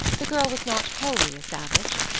the girl was not wholly a savage.